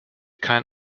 kein